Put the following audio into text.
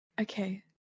Okay